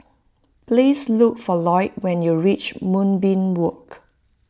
please look for Lloyd when you reach Moonbeam Walk